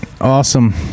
Awesome